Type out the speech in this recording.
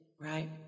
right